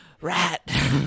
rat